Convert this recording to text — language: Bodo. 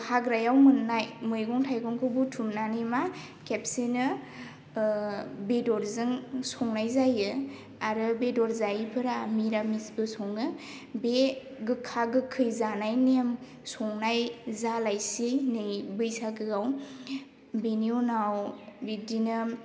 हाग्रायाव मोननाय मैगं थाइगंखौ बुथुमनानै मा खेबसेनो बेदरजों संनाय जायो आरो बेदर जायैफोरा मिरामिसबो सङो बे गोखा गोखै जानाय नेम संनाय जालायसि नै बैसागोआव बेनि उनाव बिदिनो